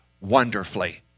wonderfully